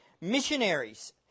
missionaries